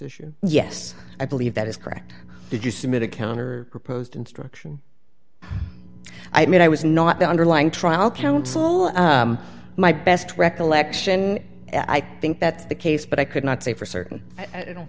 issue yes i believe that is correct did you submit a counter proposed instruction i mean i was not the underlying trial counsel my best recollection i think that's the case but i could not say for certain i don't